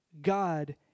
God